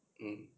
mm